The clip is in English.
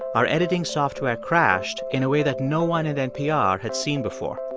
our editing software crashed in a way that no one at npr had seen before.